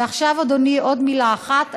ועכשיו, אדוני, עוד מילה אחת.